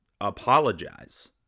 apologize